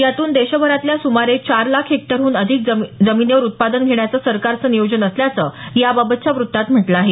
यातून देशभरातल्या सुमारे चार लाख हेक्टरहून अधिक जमिनीवर उत्पादन घेण्याचं सरकारचं नियोजन असल्याचं याबाबतच्या वृत्तात म्हटल आहे